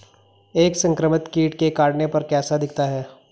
एक संक्रमित कीट के काटने पर कैसा दिखता है?